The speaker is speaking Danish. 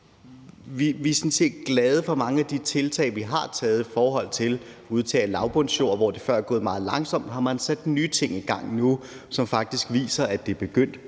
set glade for mange af de tiltag, vi har taget. I forhold til udtag af lavbundsjord, hvor det før er gået meget langsomt, har man sat nye ting i gang nu, som faktisk viser, at det er begyndt